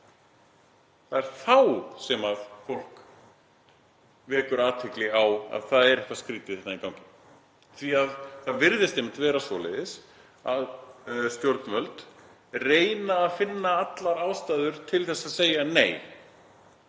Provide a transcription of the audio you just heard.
Það er þá sem fólk vekur athygli á að það er eitthvað skrýtið í gangi því að það virðist einmitt vera svoleiðis að stjórnvöld séu að reyna að finna allar ástæður til að segja nei